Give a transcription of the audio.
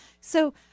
So-